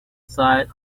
side